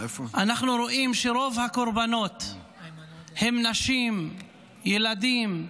אנחנו רואים שרוב הקורבנות הם נשים, ילדים,